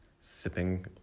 sipping